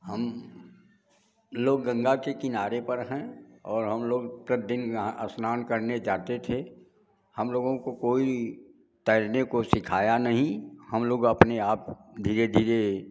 हम लोग गंगा के किनारे पर हैं और हम लोग के दिन यहाँ स्नान करने जाते थे हम लोगों को कोई तैरने को सिखाया नहीं हम लोग अपने आप धीरे धीरे